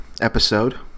episode